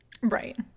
Right